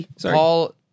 Paul